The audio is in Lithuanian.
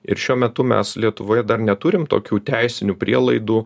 ir šiuo metu mes lietuvoje dar neturim tokių teisinių prielaidų